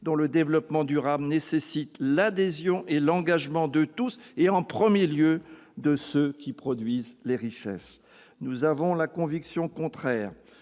dont le développement durable nécessite l'adhésion et l'engagement de tous et, en premier lieu, de ceux qui produisent les richesses. Nous avons, au contraire,